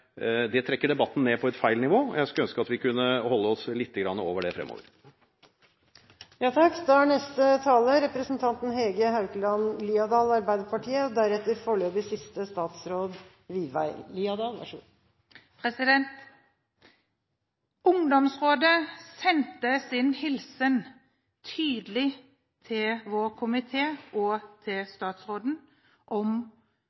det trekker debatten ned på feil nivå. Jeg skulle ønske at vi kunne holde oss litt over det fremover. Ungdomsrådet sendte sin tydelige hilsen til vår komité og til statsråden om